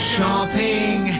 shopping